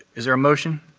is there a motion?